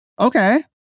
Okay